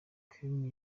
karen